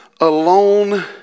alone